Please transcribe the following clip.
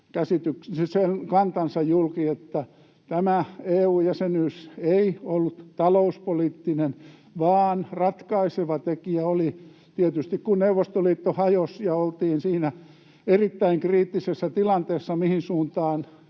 sen kantansa julki, että tämä EU-jäsenyys ei ollut talouspoliittinen vaan että ratkaiseva tekijä oli, tietysti kun Neuvostoliitto hajosi ja oltiin siinä erittäin kriittisessä tilanteessa, mihin suuntaan